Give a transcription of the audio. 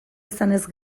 izanez